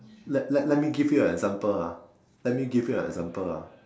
let let me give you an example ah let me give you an example ah